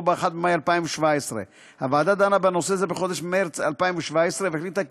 ב-1 במאי 2017. הוועדה דנה בנושא זה בחודש מרס 2017 והחליטה כי